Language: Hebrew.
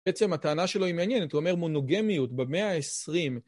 בעצם הטענה שלו היא מעניינת, הוא אומר מונוגמיות במאה ה-20...